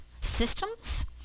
systems